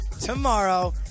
tomorrow